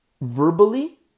verbally